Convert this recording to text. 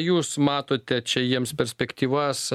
jūs matote čia jiems perspektyvas